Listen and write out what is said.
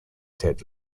ted